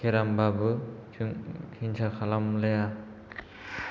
केराम बाबो जों हिंसा खालामलाया